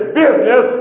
business